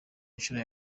inshuro